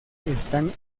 están